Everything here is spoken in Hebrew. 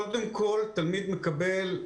קודם כל, תלמיד מקבל,